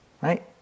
Right